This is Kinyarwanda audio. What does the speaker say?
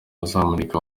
azamurika